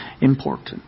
important